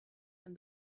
and